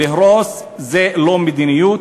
להרוס זה לא מדיניות.